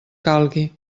calgui